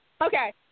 Okay